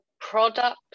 product